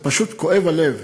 פשוט כואב הלב,